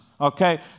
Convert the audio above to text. Okay